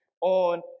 on